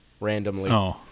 randomly